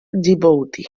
djibouti